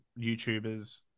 YouTubers